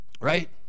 Right